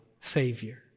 Savior